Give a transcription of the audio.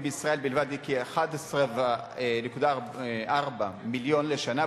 בישראל בלבד היא כ-11.4 מיליון לשנה,